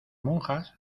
monjas